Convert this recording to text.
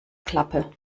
klappe